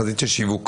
חזית של שיווק.